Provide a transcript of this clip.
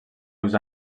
rius